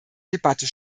debatte